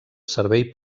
servei